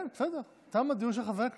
כן, בסדר, תם הדיון של חברי הכנסת.